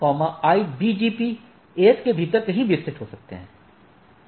IGP IBGP AS के भीतर कहीं भी स्थित हो सकते है